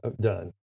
done